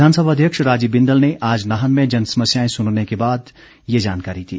विधानसभा अध्यक्ष राजीव बिंदल ने आज नाहन में जनसमस्याएं सुनने के अवसर पर ये जानकारी दी